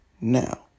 now